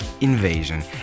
invasion